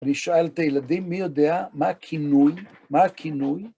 ונשאל את הילדים, מי יודע מה הכינוי? מה הכינוי?